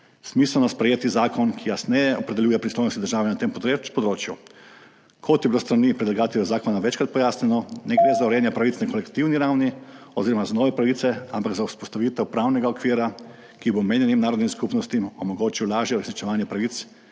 smiselno sprejeti zakon, ki jasneje opredeljuje pristojnosti države na tem področju. Kot je bilo s strani predlagatelja zakona večkrat pojasnjeno, ne gre za urejanje pravic na kolektivni ravni oziroma za nove pravice, ampak za vzpostavitev pravnega okvira, ki bo omenjenim narodnim skupnostim omogočil lažje uresničevanje pravic,